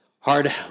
hard